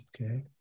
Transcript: Okay